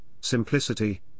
simplicity